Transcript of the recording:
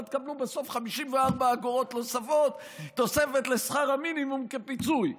אבל תקבלו בסוף 54 אגורות נוספות תוספת לשכר המינימום כפיצוי.